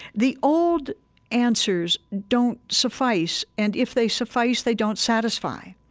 the old answers don't suffice and if they suffice, they don't satisfy.